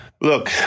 Look